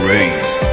Raise